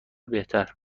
بهتر